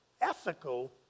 ethical